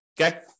Okay